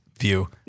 view